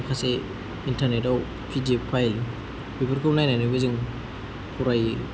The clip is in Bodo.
माखासे इन्टारनेटआव पि डि एफ फाइल बेफोरखौ नायनानैबो जों फरायो